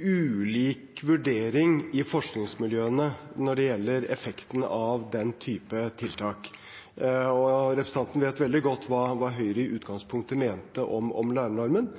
ulik vurdering i forskningsmiljøene når det gjelder effekten av den typen tiltak. Representanten Knutsdatter Strand vet veldig godt hva Høyre i utgangspunktet mente om lærernormen.